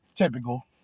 typical